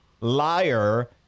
liar